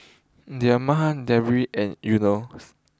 Damia Deris and Yunos